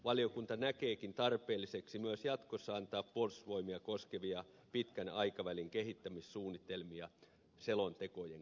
valiokunta näkee tarpeelliseksi myös jatkossa antaa puolustusvoimia koskevia pitkän aikavälin kehittämissuunnitelmia selontekojen kautta